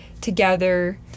together